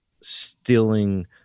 stealing